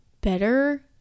better